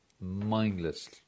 mindless